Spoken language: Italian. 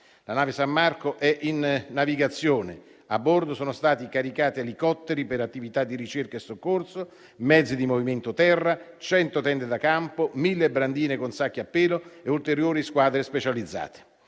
La nave San Marco è in navigazione; a bordo sono stati caricati elicotteri per attività di ricerca e soccorso, mezzi di movimento terra, cento tende da campo, mille brandine con sacchi a pelo e ulteriori squadre specializzate.